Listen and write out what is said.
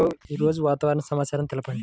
ఈరోజు వాతావరణ సమాచారం తెలుపండి